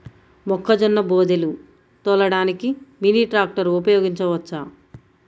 మొక్కజొన్న బోదెలు తోలడానికి మినీ ట్రాక్టర్ ఉపయోగించవచ్చా?